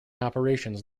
operations